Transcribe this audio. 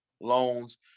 loans